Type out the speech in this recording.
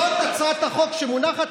זאת הצעת החוק שמונחת,